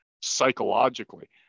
psychologically